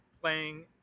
playing